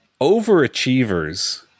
Overachievers